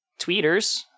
tweeters